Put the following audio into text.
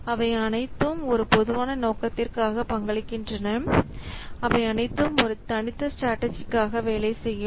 அவை அனைத்தும் ஒரு பொதுவான நோக்கத்திற்காக பங்களிக்கின்றனஅவை அனைத்தும் ஒரு தனித்த ஸ்ட்ராடஜிக்காக வேலை செய்யும்